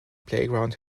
playground